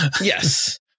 yes